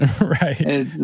Right